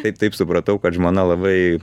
kaip taip supratau kad žmona labai